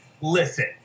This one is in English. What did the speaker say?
listen